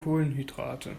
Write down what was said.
kohlenhydrate